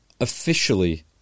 officially